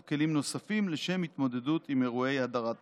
כלים נוספים לשם התמודדות עם אירועי הדרת נשים.